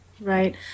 right